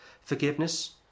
forgiveness